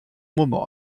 moment